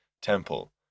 temple